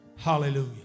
Hallelujah